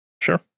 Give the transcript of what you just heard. Sure